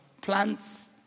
plants